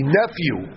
nephew